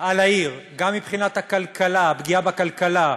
על העיר, גם מבחינת הפגיעה בכלכלה,